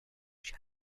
shy